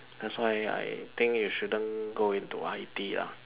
that's why I think you shouldn't go into I_T ah